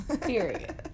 Period